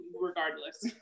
regardless